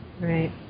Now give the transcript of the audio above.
Right